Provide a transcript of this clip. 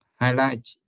highlight